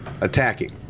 attacking